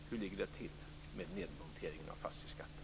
Hur ligger det till med nedmonteringen av fastighetsskatten?